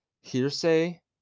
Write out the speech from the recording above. hearsay